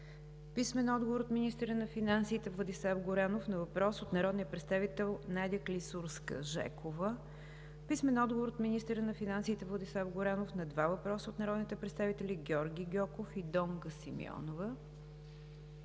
Борис Борисов; - министъра на финансите Владислав Горанов на въпрос от народния представител Надя Клисурска-Жекова; - министъра на финансите Владислав Горанов на два въпроса от народните представители Георги Гьоков и Донка Симеонова;